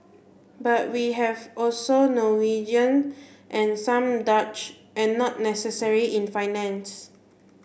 but we have also Norwegian and some Dutch and not necessarily in finance